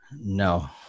No